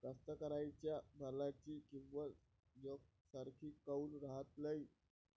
कास्तकाराइच्या मालाची किंमत यकसारखी काऊन राहत नाई?